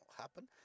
happen